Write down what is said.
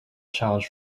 challenge